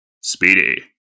Speedy